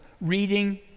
reading